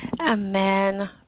Amen